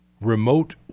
remote